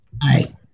Hi